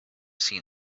seen